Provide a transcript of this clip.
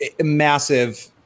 massive